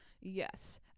Yes